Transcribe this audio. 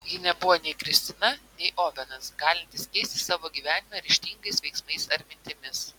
ji nebuvo nei kristina nei ovenas galintys keisti savo gyvenimą ryžtingais veiksmais ar mintimis